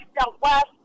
Southwest